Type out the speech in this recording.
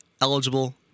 eligible